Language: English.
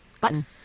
button